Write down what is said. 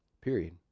period